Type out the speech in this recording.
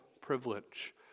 privilege